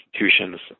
institutions